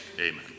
Amen